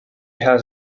has